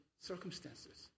circumstances